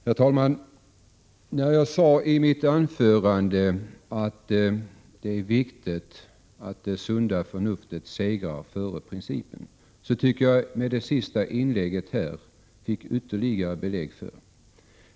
Herr talman! Jag sade i mitt anförande att det är viktigt att det sunda — 1 juni 1987 förnuftet går före principen. I och med det senaste inlägget fick jag ytterligare belägg för detta.